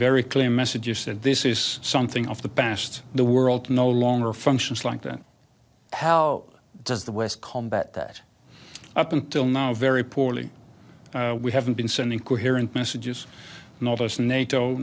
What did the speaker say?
very clear messages that this is something of the past the world no longer functions like that how does the west combat that up until now very poorly we haven't been sending coherent messages not us nato